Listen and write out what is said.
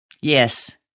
Yes